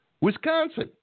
Wisconsin